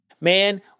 Man